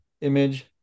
image